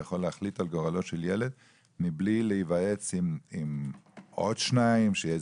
יכול להחליט על גורלו של ילד מבלי להיוועץ עם עוד שניים,